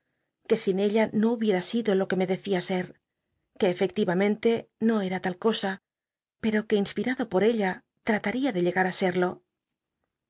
que sin ella no hubicra sido lo que me decía ser que efectivamente no era ta l cosa pero r ue inspir tdo por ella tral ui de llegar ü sedo